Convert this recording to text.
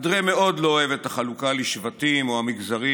אנדרי מאוד לא אוהב את החלוקה לשבטים או למגזרים,